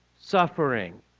suffering